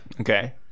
okay